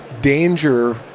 danger